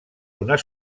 donar